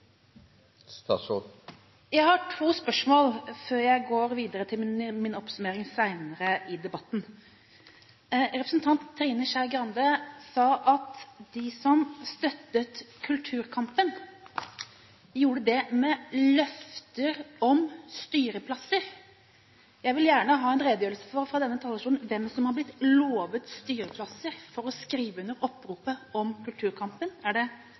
Jeg har to spørsmål før jeg går videre til min oppsummering senere i debatten. Representanten Trine Skei Grande sa at de som støttet kulturkampen, gjorde det med løfter om styreplasser. Jeg vil gjerne ha en redegjørelse fra denne talerstolen om hvem som har blitt lovet styreplasser, for å ha skrevet under oppropet om kulturkampen. Er det